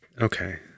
Okay